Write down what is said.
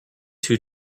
two